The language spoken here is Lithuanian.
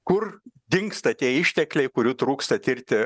kur dingsta tie ištekliai kurių trūksta tirti